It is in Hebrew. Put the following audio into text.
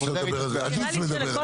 אפשר לדבר על זה, עדיף לדבר על זה אחר כך.